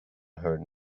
heard